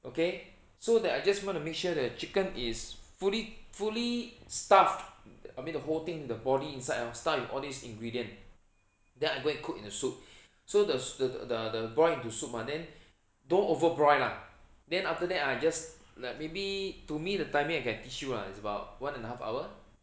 okay so that I just want to make sure that the chicken is fully fully stuffed I mean the whole thing the body inside hor stuffed with all these ingredient then I go and cooked in the soup so the so the the broil into soup mah then don't over broil lah then after that I just maybe to me the timing I can teach you lah it's about one and a half hour